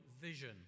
vision